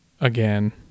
again